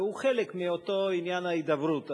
והוא חלק מאותו עניין ההידברות,